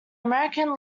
american